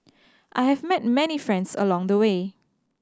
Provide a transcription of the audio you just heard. I have met many friends along the way